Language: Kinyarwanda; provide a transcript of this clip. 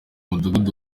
mudugudu